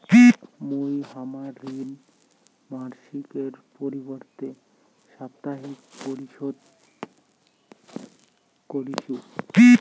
মুই হামার ঋণ মাসিকের পরিবর্তে সাপ্তাহিক পরিশোধ করিসু